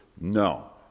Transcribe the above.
No